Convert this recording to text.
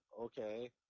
okay